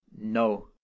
no